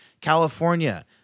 California